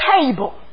table